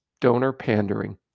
donor-pandering